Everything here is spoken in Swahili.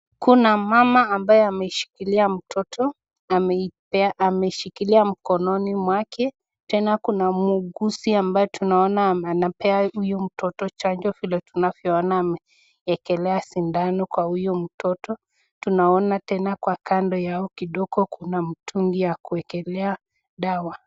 Kuna mama ambaye ameshikilia mtoto, ameishikilia mkononi mwake. Tena kuna mgusi ambaye tunaona anapea huyu mtoto chanjo vile tunavyoona ameekelea sindano kwa huyu mtoto. Tunaona tena kwa kando yao kidogo kuna mtungi ya kuwekelea dawa.